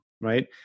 right